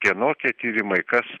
kieno tie tyrimai kas